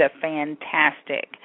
fantastic